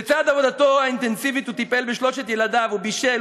לצד עבודתו האינטנסיבית הוא טיפל בשלושת ילדיו: הוא בישל,